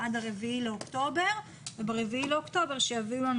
עד ה-4 באוקטובר וב-4 באוקטובר יביאו לנו